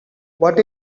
what